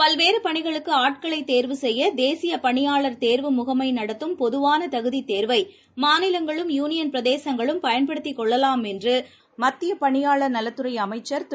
பல்வேறுபணிகளுக்குஆட்களைதேர்வு செய்ய ப் தேசியபணியாளர் தேர்வு முகமைநடத்தும் பொதுவானதகுதித் தேர்வைமாநிலங்களும் யூனியன் பிரதேசங்களும் பயன்படுத்திக் கொள்ளலாம் என்றுமத்தியபணியாளர் நலத்துறைஅமைச்சர் திரு